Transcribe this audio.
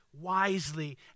wisely